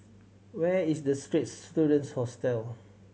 where is The Straits Students Hostel